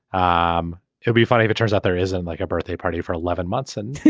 um it'd be funny if it turns out there isn't like a birthday party for eleven months in